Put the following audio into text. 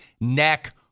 neck